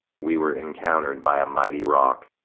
we were encount'red by a mighty rock,